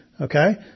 okay